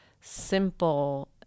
simple